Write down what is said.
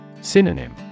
Synonym